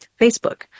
Facebook